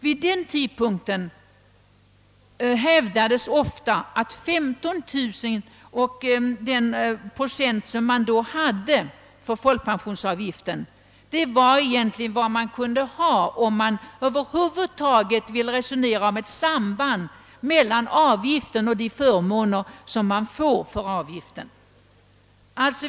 Vid den tidpunkten hävdades ofta, att 15 000 kronor och den procent som man då hade för folkpensionsavgiften egentligen var vad man kunde ha, om man över huvud taget ville resonera om ett samband mellan avgiften och de förmåner som man får för denna avgift.